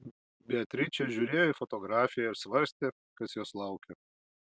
beatričė žiūrėjo į fotografiją ir svarstė kas jos laukia